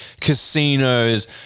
casinos